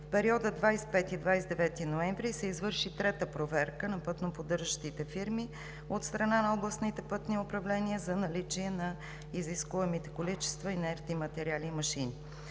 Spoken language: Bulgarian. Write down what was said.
В периода 25 – 29 ноември се извърши трета проверка на пътноподдържащите фирми от страна на областните пътни управления за наличие на изискуемите количества инертни материали и машини.